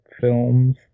films